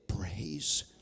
praise